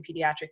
pediatric